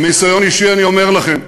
מניסיון אישי אני אומר לכם,